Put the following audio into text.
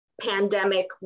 pandemic